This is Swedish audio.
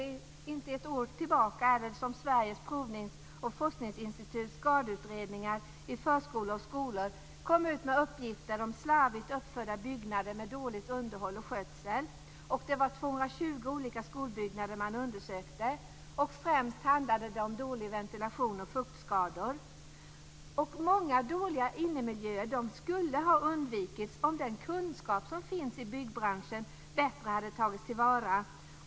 Det har inte gått ett år sedan Sveriges Provnings och Forskningsinstituts skadeutredningar i förskolor och skolor gav uppgifter om slarvigt uppförda byggnader med dåligt underhåll och dålig skötsel. Det var 220 olika skolbyggnader man undersökte. Främst handlade det om dålig ventilation och fuktskador. Många dåliga innemiljöer skulle ha undvikits om den kunskap som finns i byggbranschen bättre hade tagits till vara.